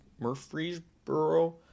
Murfreesboro